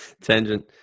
tangent